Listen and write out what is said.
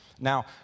Now